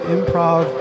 Improv